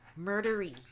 Murdery